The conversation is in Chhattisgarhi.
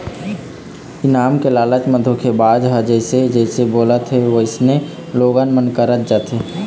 इनाम के लालच म धोखेबाज ह जइसे जइसे बोलथे वइसने लोगन मन करत जाथे